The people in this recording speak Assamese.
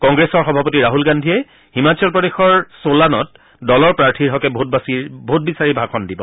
কংগ্ৰেছৰ সভাপতি ৰাহুল গান্ধীয়ে হিমাচল প্ৰদেশৰ ছোলানত দলৰ প্ৰাৰ্থীৰ হকে ভোট বিচাৰি ভাষণ দিব